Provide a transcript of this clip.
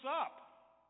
up